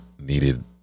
needed